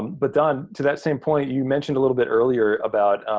but don, to that same point, you mentioned a little bit earlier about,